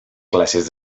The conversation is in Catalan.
classes